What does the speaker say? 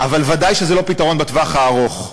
אבל ודאי שזה לא פתרון בטווח הארוך.